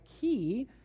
key